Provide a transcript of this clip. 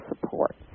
support